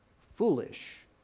foolish